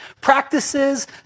practices